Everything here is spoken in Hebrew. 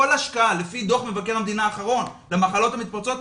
לפי דוח מבקר המדינה האחרון במחלות המתפרצות,